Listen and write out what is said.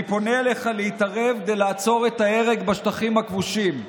אני פונה אליך להתערב כדי לעצור את ההרג בשטחים הכבושים.